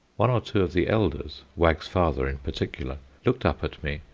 one or two of the elders wag's father in particular looked up at me,